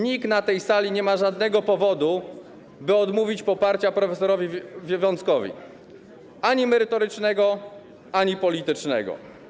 Nikt na tej sali nie ma żadnego powodu, by odmówić poparcia prof. Wiąckowi, ani merytorycznego, ani politycznego.